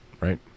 right